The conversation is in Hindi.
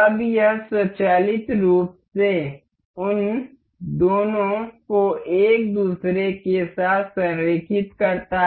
अब यह स्वचालित रूप से उन दोनों को एक दूसरे के साथ संरेखित करता है